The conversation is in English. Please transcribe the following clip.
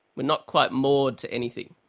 we're not quite moored to anything.